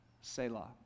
Selah